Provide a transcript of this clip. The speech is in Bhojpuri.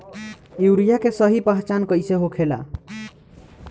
यूरिया के सही पहचान कईसे होखेला?